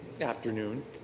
afternoon